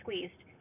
Squeezed